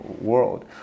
world